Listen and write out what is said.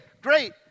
great